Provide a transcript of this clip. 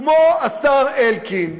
כמו השר אלקין,